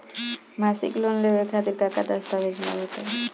मसीक लोन लेवे खातिर का का दास्तावेज लग ता?